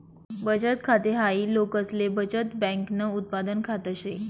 बचत खाते हाय लोकसले बचत बँकन उत्पादन खात से